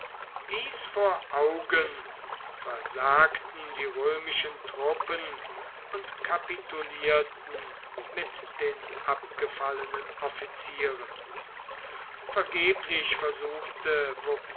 dies vor augen versagten die römischen truppen und kapitulierten mit den abgefallenen offizieren vergeblich versuchte